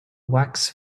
wax